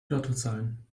lottozahlen